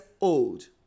old